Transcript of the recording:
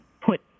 put